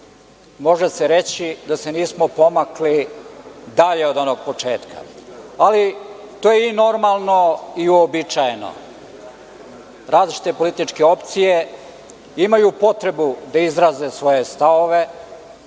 Može se reći da se nismo pomakli dalje od onog početka, ali to je i normalno i uobičajeno. Različite političke opcije imaju potrebu da izraze svoje stavove,